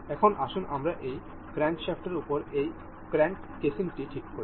এখন আসুন আমরা এই ক্র্যাঙ্কশ্যাফটের উপর এই ক্র্যাঙ্ক কেসিংটি ঠিক করি